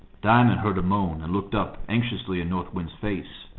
diamond heard a moan, and looked up anxiously in north wind's face.